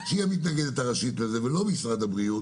שהיא המתנגדת הראשית לזה ולא משרד הבריאות